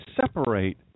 separate